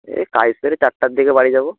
এই কাজ করে চারটের দিকে বাড়ি যাব